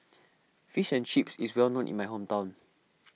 Fish and Chips is well known in my hometown